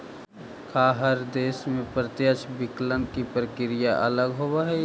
का हर देश में प्रत्यक्ष विकलन के प्रक्रिया अलग होवऽ हइ?